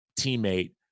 teammate